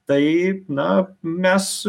tai na mes